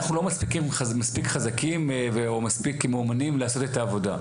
אנחנו לא מספיק חזקים או מספיק מאומנים לעשות את העבודה.